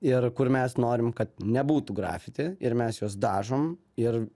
ir kur mes norim kad nebūtų grafiti ir mes juos dažom ir